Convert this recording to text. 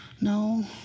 No